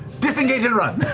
disengage and run!